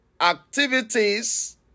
activities